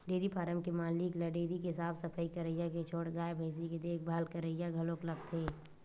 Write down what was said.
dairy farm के मालिक ल डेयरी के साफ सफई करइया के छोड़ गाय भइसी के देखभाल करइया घलो लागथे